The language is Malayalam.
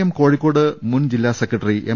എം കോഴിക്കോട് മുൻ ജില്ലാ സെക്രട്ടറി എം